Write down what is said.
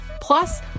Plus